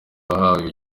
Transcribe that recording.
wahawe